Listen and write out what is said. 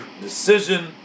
decision